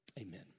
Amen